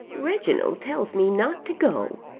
reginald tells me not to go,